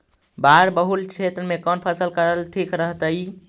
बाढ़ बहुल क्षेत्र में कौन फसल करल ठीक रहतइ?